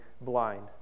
blind